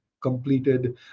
completed